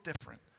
different